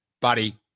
Buddy